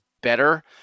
better